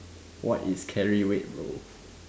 what is carry weight bro